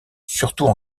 surtout